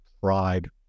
pride